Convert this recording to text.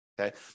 Okay